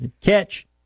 Catch